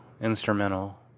instrumental